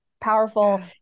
powerful